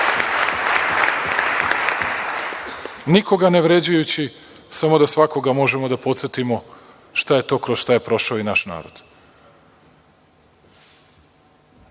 nikoga ne vređajući, samo da svakoga možemo da posetimo šta je to kroz šta je prošao i naš narod. Hvala